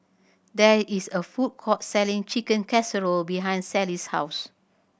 there is a food court selling Chicken Casserole behind Sally's house